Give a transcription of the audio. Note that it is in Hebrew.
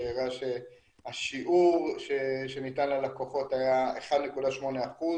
שהראה שהשיעור שניתן ללקוחות היה 1.8%